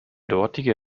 dortige